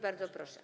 Bardzo proszę.